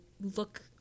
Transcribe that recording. look